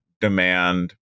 demand